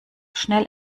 schnell